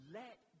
let